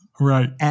Right